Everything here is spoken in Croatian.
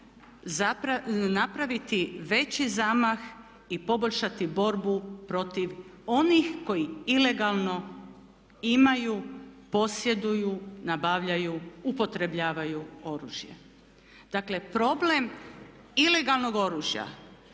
napraviti veći zamah i poboljšati borbu protiv onih koji ilegalno imaju, posjeduju, nabavljaju, upotrebljavaju oružje. Dakle problem ilegalnog oružja